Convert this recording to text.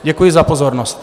Děkuji za pozornost.